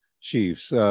chiefs